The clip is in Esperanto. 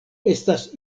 estas